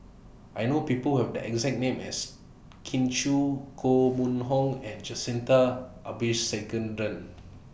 I know People Who Have The exact name as Kin Chui Koh Mun Hong and Jacintha Abisheganaden